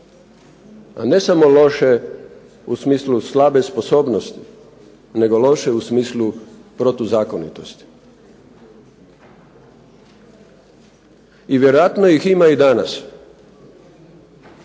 a ne samo loše u smislu slabe sposobnosti nego loše u smislu protuzakonitosti i vjerojatno ih ima i danas